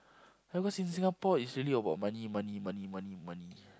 ever since Singapore is really about money money money money money